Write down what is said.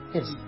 Yes